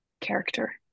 character